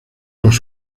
los